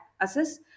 Assess